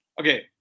okay